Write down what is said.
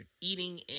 eating